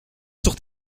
sur